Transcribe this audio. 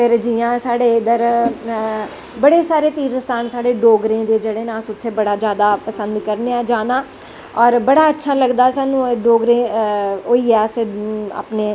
फिर जियां साढ़े इद्धर बड़े सारे तीर्थ स्थान साढ़े डोगरें दे अस जित्थें बड़ा जादा पसंद करनें आं जाना और बड़ा अच्छा लगदा ऐ स्हानू डोगरे होइयै